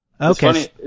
Okay